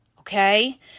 Okay